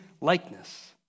likeness